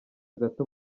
gato